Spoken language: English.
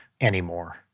anymore